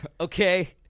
okay